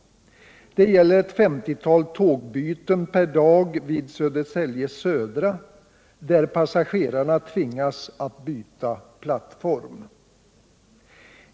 Det handlar om ett 50-tal tågbyten per dag vid Södertälje central, där passagerarna tvingas att byta plattform.